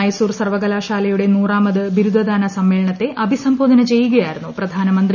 മൈസൂർ സർവകലാശാലയുടെ നൂറാമത് ബിരുദദാന സമ്മേളനത്തെ അഭിസംബോധന ചെയ്യുകയായിരുന്നു പ്രധാനമന്ത്രി